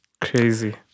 Crazy